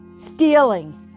stealing